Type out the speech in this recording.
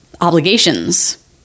obligations